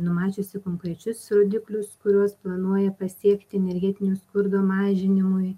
numačiusi konkrečius rodiklius kuriuos planuoja pasiekti energetinio skurdo mažinimui